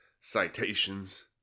citations